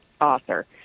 author